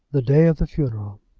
the day of the funeral.